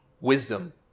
wisdom